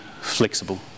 flexible